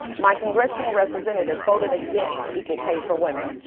my congressional representative voted against equal pay for women,